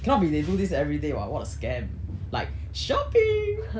cannot be they do this everyday [what] what a scam like shopee